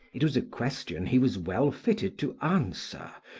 it was a question he was well fitted to answer,